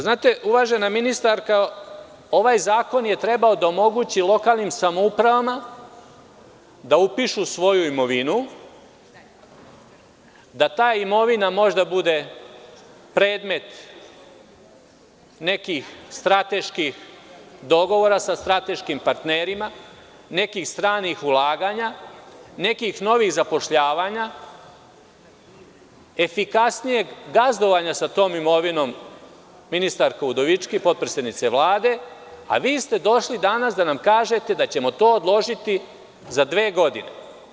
Znate, uvažena ministarko, ovaj zakon je trebao da omogući lokalnim samoupravama da upišu svoju imovinu, da ta imovina možda bude predmet nekih strateških dogovora sa strateškim partnerima, nekih stranih ulaganja, nekih novih zapošljavanja, efikasnijeg gazdovanja sa tom imovinom, a vi ste došli danas da nam kažete da ćemo to odložiti za dve godine.